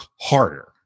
harder